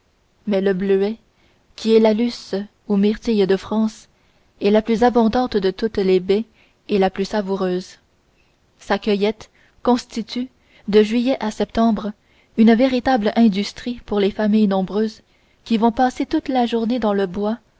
mais le bleuet qui est la luce ou myrtille de france est la plus abondante de toutes les baies et la plus savoureuse sa cueillette constitue de juillet à septembre une véritable industrie pour les familles nombreuses qui vont passer toute la journée dans le bois